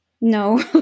no